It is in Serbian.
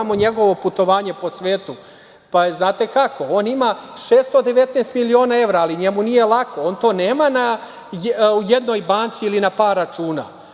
znate kako, on ima 619 miliona evra, ali njemu nije lako. On to nema u jednoj banci ili na par računa.